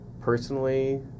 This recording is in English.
personally